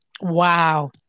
Wow